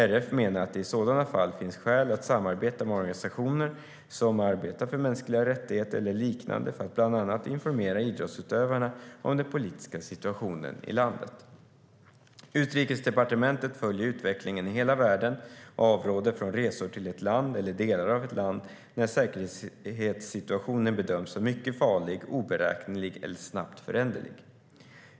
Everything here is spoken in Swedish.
RF menar att det i sådana fall finns skäl att samarbeta med organisationer som arbetar för mänskliga rättigheter eller liknande för att bland annat informera idrottsutövarna om den politiska situationen i landet. Utrikesdepartementet följer utvecklingen i hela världen och avråder från resor till ett land, eller delar av ett land, när säkerhetssituationen bedöms som mycket farlig, oberäknelig eller snabbt föränderlig.